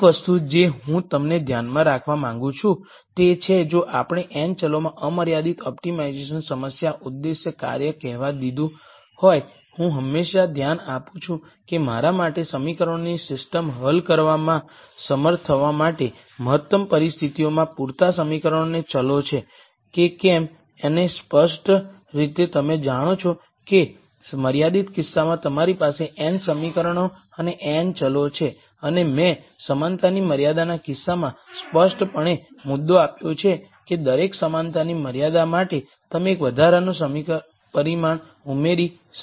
એક વસ્તુ જે હું તમને ધ્યાનમાં રાખવા માંગું છું તે છે જો આપણે n ચલોમાં અમર્યાદિત ઓપ્ટિમાઇઝેશન સમસ્યા ઉદ્દેશ્ય કાર્ય કહેવા દીધું હોય હું હંમેશાં ધ્યાન આપું છું કે મારા માટે સમીકરણોની સિસ્ટમ હલ કરવામાં સમર્થ થવા માટે મહત્તમ પરિસ્થિતિઓમાં પૂરતા સમીકરણો અને ચલો છે કે કેમ અને સ્પષ્ટ રીતે તમે જાણો છો કે મર્યાદિત કિસ્સામાં તમારી પાસે n સમીકરણો અને n ચલો છે અને મેં સમાનતાની મર્યાદાના કિસ્સામાં સ્પષ્ટપણે મુદ્દો આપ્યો છે કે દરેક સમાનતાની મર્યાદા માટે તમે એક વધારાનું પરિમાણ ઉમેરી શકો છો